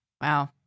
wow